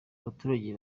abaturage